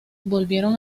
volvieron